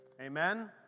Amen